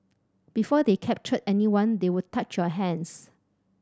before they captured anyone they would touch your hands